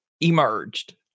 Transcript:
emerged